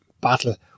battle